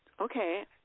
Okay